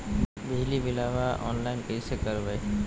बिजली बिलाबा ऑनलाइन कैसे करबै?